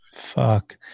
Fuck